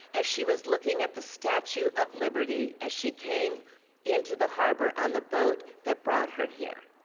as she was looking at the statue of liberty as she came into the harbor on the vote that brought her here.